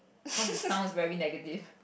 cause it sounds very negative